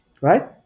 Right